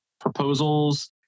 proposals